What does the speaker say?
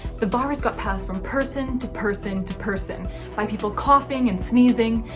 the virus got passed from person to person to person by people coughing and sneezing.